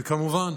וכמובן